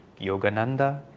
Yogananda